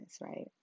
right